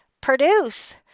produce